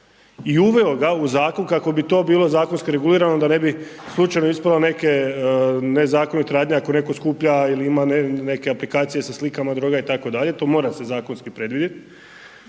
i uveo ga u zakon kako bi to bilo zakonski regulirano da ne bi slučajno ispalo neke nezakonite radnje, ako neko skuplja ili neke aplikacije sa slikama droga itd. to mora se zakonski predvidjet.